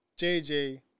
JJ